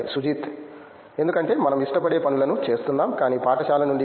సుజిత్ ఎందుకంటే మనం ఇష్టపడే పనులను చేస్తున్నాం కానీ పాఠశాల నుండి బి